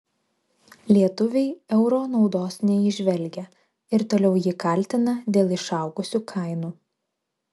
lietuviai euro naudos neįžvelgia ir toliau jį kaltina dėl išaugusių kainų